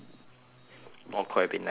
or could have been napping but